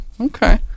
Okay